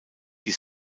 die